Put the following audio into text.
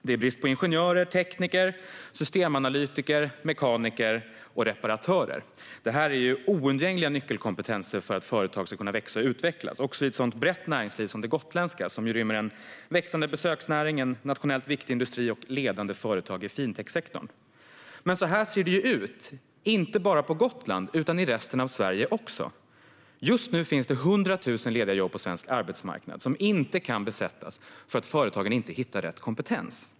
Det råder brist på ingenjörer, tekniker, systemanalytiker, mekaniker och reparatörer. Dessa är oundgängliga nyckelkompetenser för att företag ska kunna växa och utvecklas, inte minst i ett sådant brett näringsliv som det gotländska, som rymmer en växande besöksnäring, en nationellt viktig industri och ledande företag i fintechsektorn. Så här ser det ut, inte bara på Gotland utan även i resten av Sverige. Just nu finns det 100 000 lediga jobb på svensk arbetsmarknad som inte kan besättas eftersom företagen inte hittar rätt kompetens.